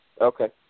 Okay